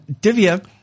Divya